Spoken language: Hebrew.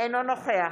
אינו נוכח